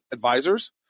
advisors